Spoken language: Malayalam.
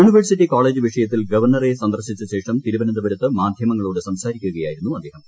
യൂണിവേഴ്സിറ്റി കോളേജ് വിഷയത്തിൽ ഗവർണറെ സന്ദർശിച്ചശേഷം തിരുവനന്തപുരത്ത് മാധ്യമങ്ങളോട് സംസാരിക്കുകയായിരുന്നു അദ്ദേഹം